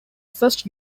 first